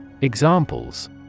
Examples